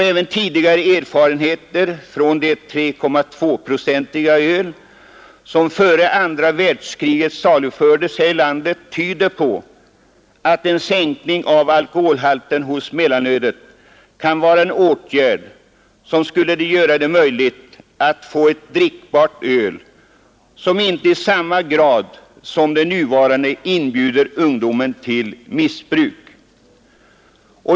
Även tidigare erfarenheter från det 3,2-procentiga öl som före andra världskriget salufördes här i landet tyder på att en sänkning av alkoholhalten hos mellanölet kan vara en åtgärd som skulle göra det möjligt att få ett drickbart öl som inte i samma grad som det nuvarande inbjuder ungdomen till missbruk.